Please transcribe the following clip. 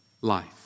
life